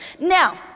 now